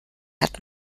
hat